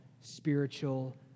spiritual